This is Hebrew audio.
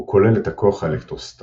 הוא כולל את הכוח האלקטרוסטאטי,